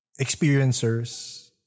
experiencers